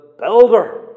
builder